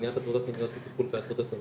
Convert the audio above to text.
למניעת הטרדות מיניות וטיפול בהטרדות בין